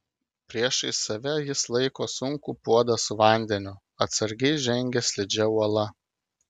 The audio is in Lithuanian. priešais save jis laiko sunkų puodą su vandeniu atsargiai žengia slidžia uola